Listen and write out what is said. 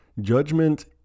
judgment